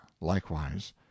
likewise